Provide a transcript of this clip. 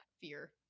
fear